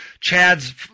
Chad's